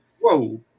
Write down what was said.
Whoa